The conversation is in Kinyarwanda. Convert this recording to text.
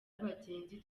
abagenzi